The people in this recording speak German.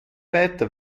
weiter